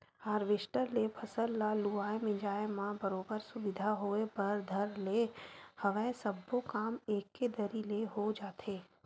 harvester ले फसल ल लुवाए मिंजाय म बरोबर सुबिधा होय बर धर ले हवय सब्बो काम एके दरी ले हो जाथे